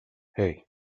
hey